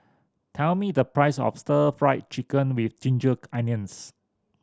tell me the price of Stir Fry Chicken with ginger onions